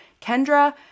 Kendra